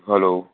hello